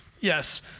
Yes